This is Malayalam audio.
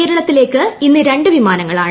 കേരളത്തിലേക്ക് ഇന്ന് രണ്ട് വിമാനങ്ങളാണ്